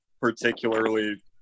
particularly